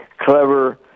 clever